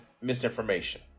misinformation